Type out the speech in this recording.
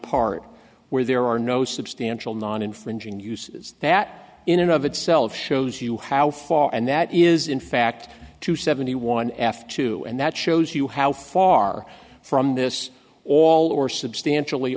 part where there are no substantial non infringing uses that in and of itself shows you how far and that is in fact to seventy one f two and that shows you how far from this all or substantially